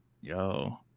Yo